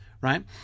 right